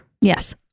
Yes